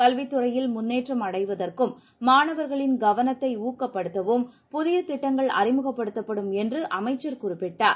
கல்வித் துறையில் முன்னேற்றம் அடைவதற்கும் மாணவர்களின் கவனத்தை ஊக்கப்படுத்தவும் புதிய திட்டங்கள் அறிமுகப்படுத்தப்படும் என்று அமைச்சர் குறிப்பிட்டார்